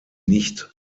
nicht